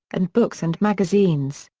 and books and magazines.